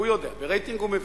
הוא יודע, ברייטינג הוא מבין.